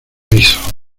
hizo